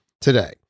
today